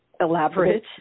elaborate